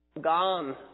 gone